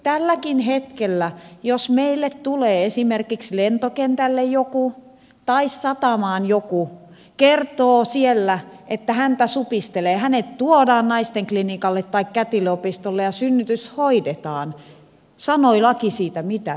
tälläkin hetkellä jos meille tulee esimerkiksi lentokentälle tai satamaan joku kertoo siellä että häntä supistelee hänet tuodaan naistenklinikalle tai kätilöopistolle ja synnytys hoidetaan sanoi laki siitä mitä tahansa